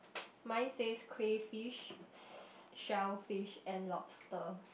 mine says crayfish shellfish and lobster